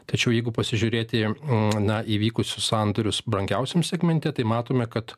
tačiau jeigu pasižiūrėti na įvykusius sandorius brangiausiam segmente tai matome kad